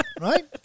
right